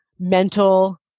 Mental